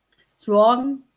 strong